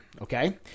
okay